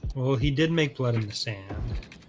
well he did make blood in the sand